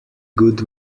good